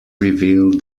reveal